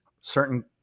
certain